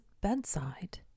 bedside